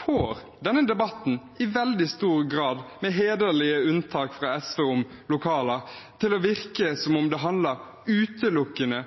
får i veldig stor grad – med hederlige unntak fra SV, om lokaler – denne debatten til å virke som om den handler utelukkende